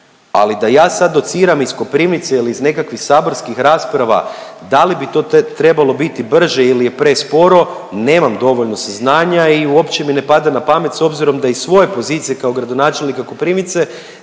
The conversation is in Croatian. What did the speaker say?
ali da ja sad dociram iz Koprivnice ili iz nekakvih saborskih rasprava, da li bi to trebalo biti brže ili je presporo, nemam dovoljno saznanja i uopće mi ne pada na pamet s obzirom da iz svoje pozicije kao gradonačelnika Koprivnice